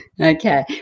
Okay